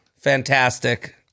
Fantastic